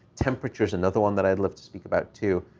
temperature is another one that i'd love to speak about, too.